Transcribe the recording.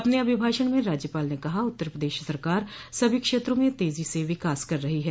अपने अभिभाषण में राज्यपाल ने कहा उत्तर प्रदेश सरकार सभी क्षेत्रों में तेजी से विकास कर रही है